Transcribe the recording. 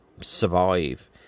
survive